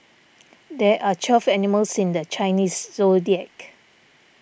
there are twelve animals in the Chinese zodiac